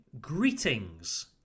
Greetings